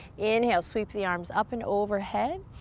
inhale, sweep the arms up and overhead.